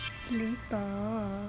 later